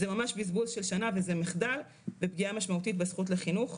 זה ממש בזבוז של שנה וזה מחדל ופגיעה משמעותית בזכות לחינוך.